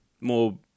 more